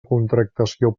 contractació